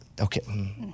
Okay